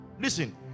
listen